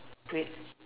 red